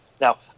Now